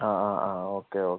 ആ ആ ആ ഓക്കെ ഓക്കെ